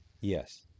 Yes